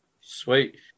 Sweet